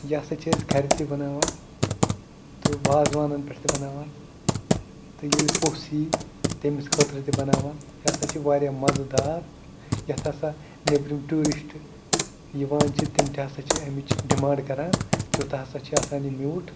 یہِ ہَسا چھِ أسۍ گَرِ تہِ بَناوان تہٕ وازوانَن پٮ۪ٹھ تہِ بَناوان تہٕ ییٚلہِ پوٚژھ یی تٔمِس خٲطرٕ تہِ بَناوان یہِ ہَسا چھِ واریاہ مَزٕدار یَتھ ہَسا نیٚبرِم ٹیوٗرِسٹ یِوان چھِ تِم تہِ ہَسا چھِ اَمِچ ڈِمانٛڈ کَران تیوٗتاہ ہَسا چھِ آسان یہِ میوٗٹھ